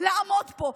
לעמוד פה,